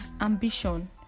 ambition